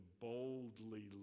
boldly